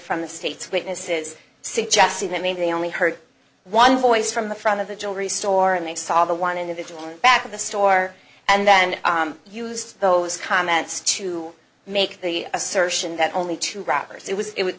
from the state's witnesses suggesting that maybe they only heard one voice from the front of the jewelry store and they saw the one individual in back of the store and then used those comments to make the assertion that only two robbers it was it would